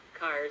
cars